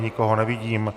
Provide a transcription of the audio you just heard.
Nikoho nevidím.